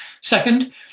Second